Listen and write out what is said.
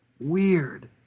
weird